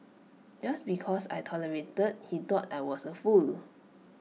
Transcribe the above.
just because I tolerated he thought I was A fool